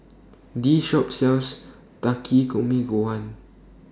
This Shop sells Takikomi Gohan